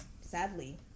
sadly